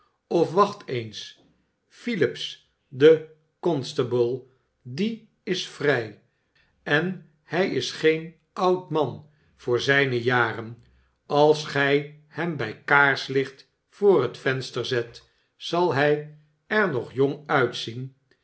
of wacht eens philips de constable die is vrij en hij is geen oud man voor zijne jaren als gij hem bij kaarslicht voor het venster zet zal hij er nog jong uitzien